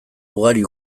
ugari